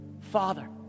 Father